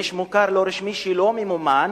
יש מוכר לא רשמי שלא ממומן,